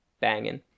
banging